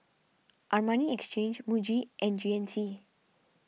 Armani Exchange Muji and G N C